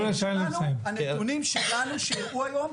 הנתונים שלנו שהראו היום,